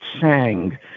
sang